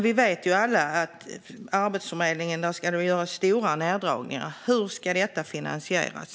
Vi vet alla att det ska göras stora neddragningar på Arbetsförmedlingen. Hur ska det finansieras?